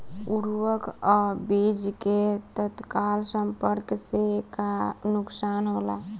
उर्वरक अ बीज के तत्काल संपर्क से का नुकसान होला?